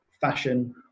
fashion